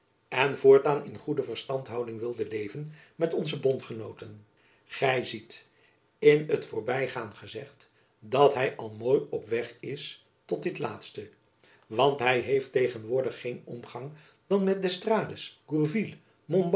en voortaan in goede verstandhouding wilde leven met onze bondgenooten gy ziet in t voorbygaan gezegd dat hy al mooi op weg is tot dit laatste want hy heeft tegenwoordig geen omgang dan met d'estrades